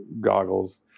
goggles